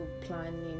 planning